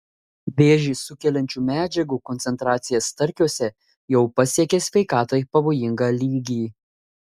vėžį sukeliančių medžiagų koncentracija starkiuose jau pasiekė sveikatai pavojingą lygį